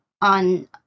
on